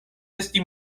esti